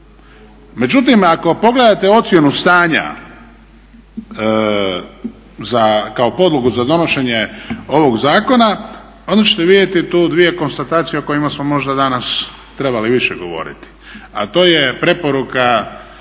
Međutim ako pogledate ocjenu stanja kao podlogu za donošenje ovog zakona onda ćete vidjeti tu dvije konstatacije o kojima smo možda danas trebali više govoriti,